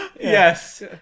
Yes